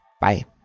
Bye